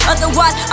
Otherwise